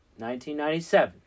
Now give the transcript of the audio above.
1997